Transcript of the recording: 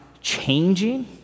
changing